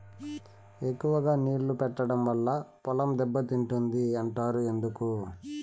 ఎక్కువగా నీళ్లు పెట్టడం వల్ల పొలం దెబ్బతింటుంది అంటారు ఎందుకు?